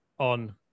On